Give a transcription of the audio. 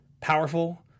powerful